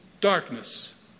darkness